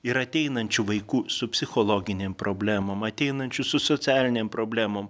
ir ateinančių vaikų su psichologinėm problemom ateinančių su socialinėm problemom